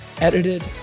Edited